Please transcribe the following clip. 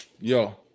Yo